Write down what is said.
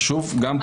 וגם פה חשוב להבין.